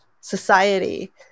society